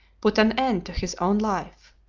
put an end to his own life.